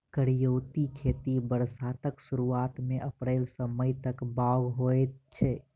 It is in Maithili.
करियौती खेती बरसातक सुरुआत मे अप्रैल सँ मई तक बाउग होइ छै